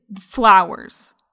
flowers